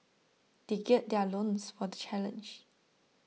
they gird their loins for the challenge